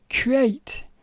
create